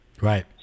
Right